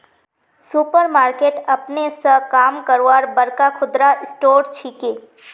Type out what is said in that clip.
super market अपने स काम करवार बड़का खुदरा स्टोर छिके